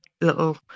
little